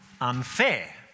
unfair